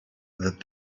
that